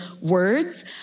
words